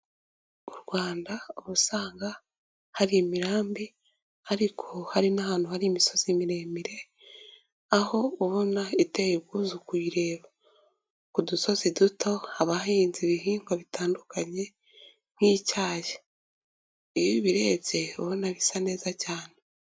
U Rwanda ubusanga hari imirambi ariko hari n'ahantu hari imisozi miremire, aho ubona iteye ubwuzu ku uyireba, ku dusozi duto haba hahinze ibihingwa bitandukanye nk'icyayi, iyo ubirebye uba ubona bisa neza cyane.